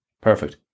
Perfect